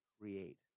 create